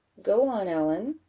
go on, ellen.